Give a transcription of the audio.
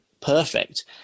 perfect